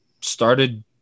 started